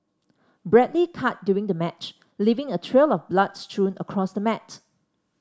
badly cut during the match leaving a trail of blood strewn across the mat